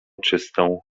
czystą